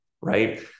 right